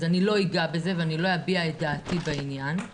אז אני לא אגע בזה ולא אביע את דעתי בעניין.